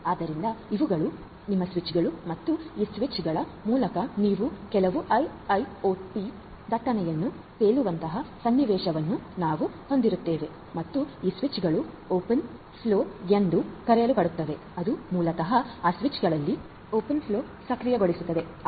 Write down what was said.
ಆದ್ದರಿಂದ ಇವುಗಳು ನಿಮ್ಮ ಸ್ವಿಚ್ಗಳು ಮತ್ತು ಈ ಸ್ವಿಚ್ಗಳ ಮೂಲಕ ನೀವು ಕೆಲವು ಐಐಒಟಿIIoT ದಟ್ಟಣೆಯನ್ನು ತೇಲುವಂತಹ ಸನ್ನಿವೇಶವನ್ನು ನಾವು ಹೊಂದಿರುತ್ತೇವೆ ಮತ್ತು ಈ ಸ್ವಿಚ್ಗಳು ಓಪನ್ ಫ್ಲೋ ಎಂದು ಕರೆಯಲ್ಪಡುತ್ತವೆ ಅದು ಮೂಲತಃ ಆ ಸ್ವಿಚ್ಗಳಲ್ಲಿ ಓಪನ್ ಫ್ಲೋ ಸಕ್ರಿಯಗೊಳಿಸುತದೆ